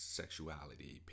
sexuality